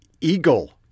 Eagle